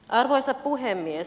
arvoisa puhemies